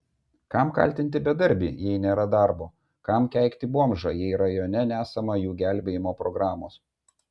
kam kaltinti bedarbį jei nėra darbo kam keikti bomžą jei rajone nesama jų gelbėjimo programos